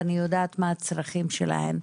אני יודעת מה הצרכים שלהן.